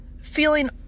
feeling